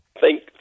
thank